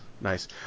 nice